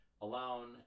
alone